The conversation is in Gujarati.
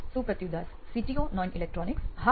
સુપ્રતિવ દાસ સીટીઓ નોઇન ઇલેક્ટ્રોનિક્સ હા